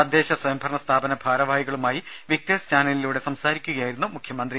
തദ്ദേശസ്വയംഭരണ സ്ഥാപന ഭാരവാഹികളുമായി വിക്ടേഴ്സ് ചാനലിലൂടെ സംസാരിക്കുകയായിരുന്നു മുഖ്യമന്ത്രി